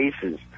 cases